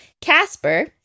Casper